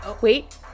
wait